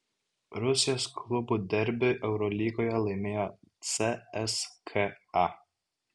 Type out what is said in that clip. rusijos klubų derbį eurolygoje laimėjo cska